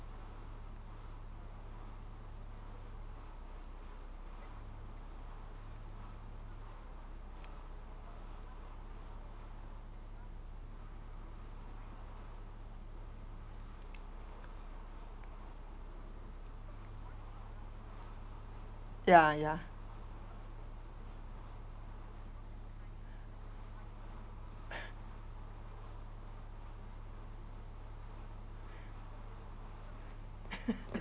ya ya